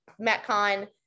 Metcon